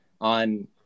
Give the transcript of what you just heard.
on